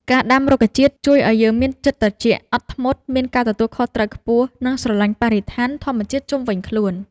ការដាំរុក្ខជាតិជួយឱ្យយើងមានចិត្តត្រជាក់ អត់ធ្មត់ មានការទទួលខុសត្រូវខ្ពស់ និង ស្រឡាញ់បរិស្ថានធម្មជាតិជុំវិញខ្លួន។